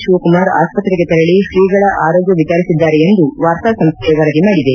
ಶಿವಕುಮಾರ್ ಆಸ್ಪತ್ರೆಗೆ ತೆರಳಿ ಶ್ರೀಗಳ ಆರೋಗ್ವ ವಿಚಾರಿಸಿದ್ದಾರೆ ಎಂದು ವಾರ್ತಾ ಸಂಸ್ಥೆ ವರದಿ ಮಾಡಿದೆ